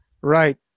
Right